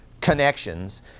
connections